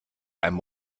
einem